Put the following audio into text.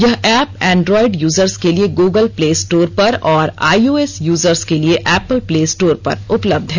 यह app Android users के लिए गूगल प्लेस्टोर पर और आईओएस यूजर्स के लिए एप्पल प्ले स्टोर पर उपलब्ध है